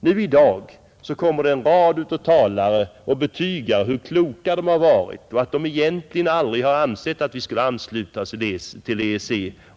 Nu i dag kommer en rad av talare och betygar hur kloka de har varit och att de egentligen aldrig har ansett att vi skulle ansluta oss till EEC.